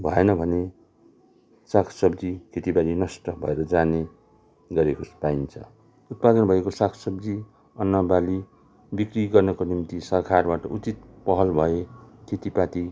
भएन भने साग सब्जी खेतीबाली नष्ट भएर जाने गरेको पाइन्छ उत्पादन भएको साग सब्जी अन्न बाली बिक्री गर्नको निम्ति सरकारबाट उचित पहल भए खेतीपाती